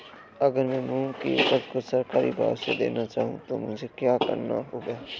अगर मैं मूंग की उपज को सरकारी भाव से देना चाहूँ तो मुझे क्या करना होगा?